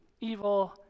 evil